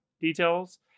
Details